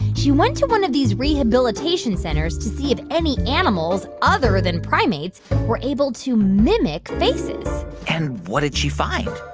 she went to one of these rehabilitation centers to see if any animals other than primates were able to mimic faces and what did she find?